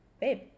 babe